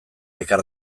ekar